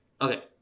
Okay